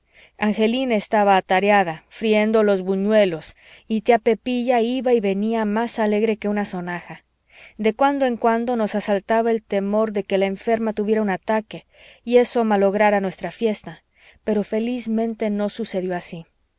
angelina estaba atareada friendo los buñuelos y tía pepilla iba y venía más alegre que una sonaja de cuando en cuando nos asaltaba el temor de que la enferma tuviera un ataque y esto malograra nuestra fiesta pero felizmente no sucedió así